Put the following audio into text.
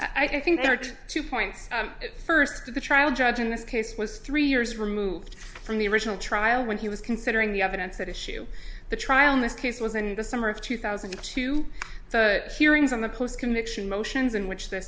are two points first the trial judge in this case was three years removed from the original trial when he was considering the evidence that issue the trial in this case was in the summer of two thousand and two hearings on the post conviction motions in which th